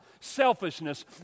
selfishness